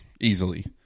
easily